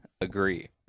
agree